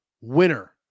winner